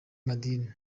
madini